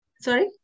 Sorry